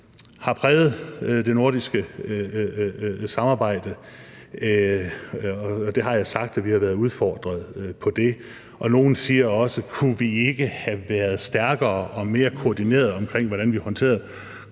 har præget det nordiske samarbejde, og jeg har sagt at vi har været udfordret i forhold til det. Nogle siger også: Kunne vi ikke have været stærkere og mere koordineret, i forhold til hvordan vi har håndteret